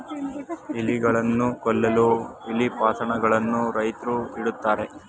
ಇಲಿಗಳನ್ನು ಕೊಲ್ಲಲು ಇಲಿ ಪಾಷಾಣ ಗಳನ್ನು ರೈತ್ರು ಇಡುತ್ತಾರೆ